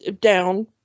down